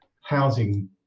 housing